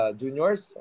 juniors